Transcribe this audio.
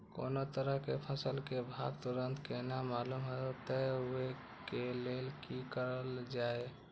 कोनो तरह के फसल के भाव तुरंत केना मालूम होते, वे के लेल की करल जाय?